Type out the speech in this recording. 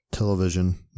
television